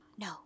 no